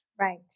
Right